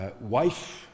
wife